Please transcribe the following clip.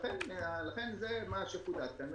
לכן, זה מה שחודד כאן.